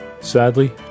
Sadly